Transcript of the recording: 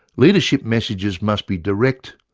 leadership messages must be direct,